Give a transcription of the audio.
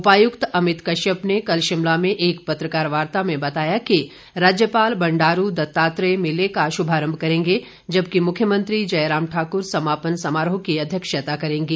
उपायुक्त अमित कश्यप ने कल शिमला में एक पत्रकार वार्ता में बताया कि राज्यपाल बंडारू दत्तात्रेय मेले का शुभारंभ करेंगे जबकि मुख्यमंत्री जयराम ठाक्र समापन समारोह की अध्यक्षता करेंगे